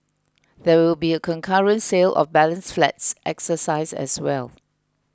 there will be a concurrent sale of balance flats exercise as well